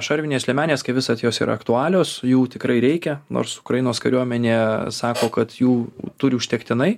šarvinės liemenės kaip visad jos yra aktualios jų tikrai reikia nors ukrainos kariuomenė sako kad jų turi užtektinai